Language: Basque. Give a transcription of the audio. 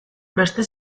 beste